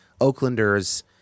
Oaklanders